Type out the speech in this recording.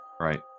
right